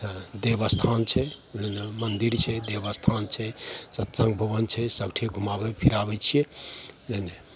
देवअस्थान छै नहि नहि मन्दिर छै देवअस्थान छै सत्सङ्ग भवन छै सगठे घुमाबै फिराबै छिए नहि नहि